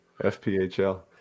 FPHL